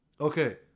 Okay